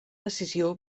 decisió